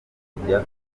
gukorera